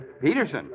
Peterson